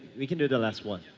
we can do the last one.